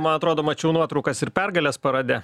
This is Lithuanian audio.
man atrodo mačiau nuotraukas ir pergalės parade